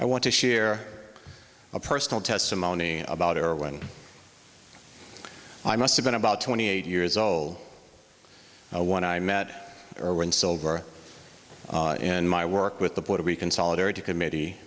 i want to share a personal testimony about her when i must have been about twenty eight years old when i met her when sober in my work with the puerto rican solidarity committee